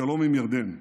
השלום עם ירדן.